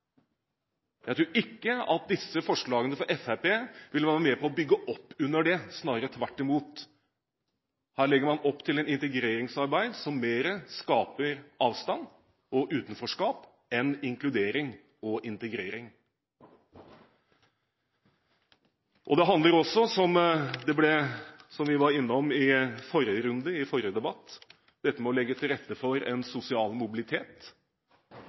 Jeg tror ikke at disse forslagene fra Fremskrittspartiet vil være med på å bygge opp under det – snarere tvert imot. Her legger man opp til et integreringsarbeid som mer skaper avstand og utenforskap enn inkludering og integrering. Det handler også, som vi var innom i forrige runde, i forrige debatt, om dette med å legge til rette for en sosial mobilitet.